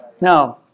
Now